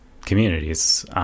communities